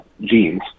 genes